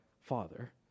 Father